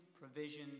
provision